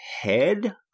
head